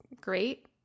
great